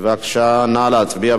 נא להצביע.